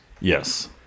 Yes